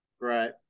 Right